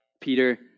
Peter